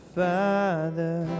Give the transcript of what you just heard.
father